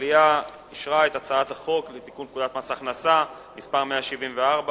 המליאה אישרה את הצעת החוק לתיקון פקודת מס הכנסה (מס' 174,